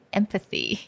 empathy